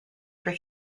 for